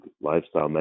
Lifestyle